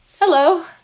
Hello